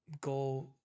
go